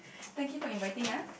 thank you for inviting us